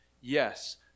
Yes